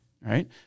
Right